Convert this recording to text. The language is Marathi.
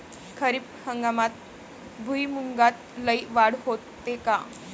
खरीप हंगामात भुईमूगात लई वाढ होते का?